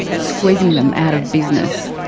squeezing them out of business.